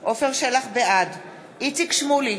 בעד איציק שמולי,